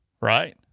right